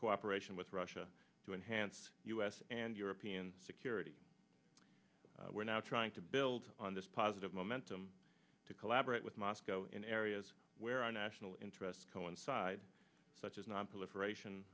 cooperation with russia to enhance u s and european security we're now trying to build on this positive mentum to collaborate with moscow in areas where our national interests coincide such as nonproliferation